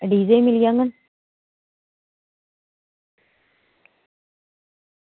D जे मिली जाङन